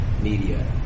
media